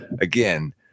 Again